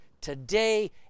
today